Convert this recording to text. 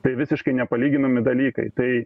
tai visiškai nepalyginami dalykai tai